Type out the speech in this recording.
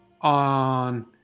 on